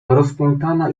rozpętana